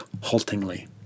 haltingly